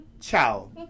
Ciao